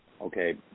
okay